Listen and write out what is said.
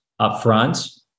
upfront